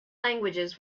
languages